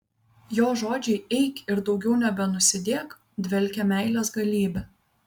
jo žodžiai eik ir daugiau nebenusidėk dvelkia meilės galybe